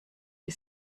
die